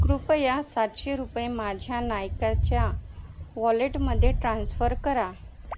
कृपया सातशे रुपये माझ्या नायकाच्या वॉलेटमध्ये ट्रान्स्फर करा